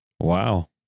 wow